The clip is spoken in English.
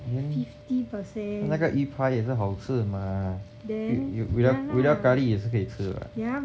then 那个鸡扒也是好吃吗 without 咖喱也是可以吃吗